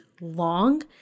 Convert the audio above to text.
long